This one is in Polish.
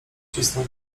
ścisnął